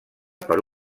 per